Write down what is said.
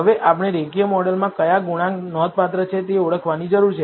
હવે આપણે રેખીય મોડેલમાં કયા ગુણાંક નોંધપાત્ર છે તે ઓળખવાની જરૂર છે